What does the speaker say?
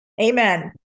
Amen